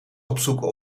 opzoeken